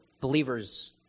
believers